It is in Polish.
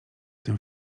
tym